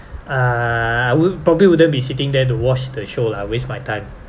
uh I would probably wouldn't be sitting there to watch the show lah waste my time